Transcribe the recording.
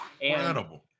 Incredible